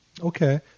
Okay